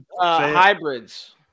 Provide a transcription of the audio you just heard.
hybrids